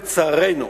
לצערנו,